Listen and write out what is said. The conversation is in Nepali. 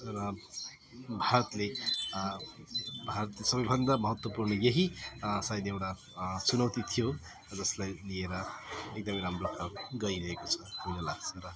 र भारतले भारत सबभन्दा महत्त्वपूर्ण यही सायद एउटा चुनौती थियो जसलाई लिएर एकदम राम्रो खाले गइरहेको छ मलाई लाग्छ र